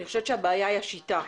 אני חושבת שהבעיה היא השיטה.